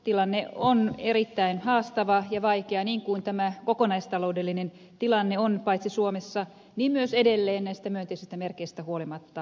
tilanne on erittäin haastava ja vaikea niin kuin tämä kokonaistaloudellinen tilanne on paitsi suomessa myös maailmalla edelleen näistä myönteisistä merkeistä huolimatta